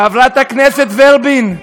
חברת הכנסת ורבין.